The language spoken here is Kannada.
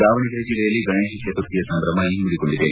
ದಾವಣಗೆರೆ ಜಿಲ್ಲೆಯಲ್ಲಿ ಗಣೇಶ ಚತುರ್ಥಿಯ ಸಂಭ್ರಮ ಇಮ್ಮಡಿಗೊಂಡಿದೆ